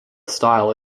style